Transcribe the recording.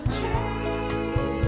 change